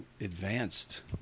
advanced